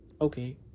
okay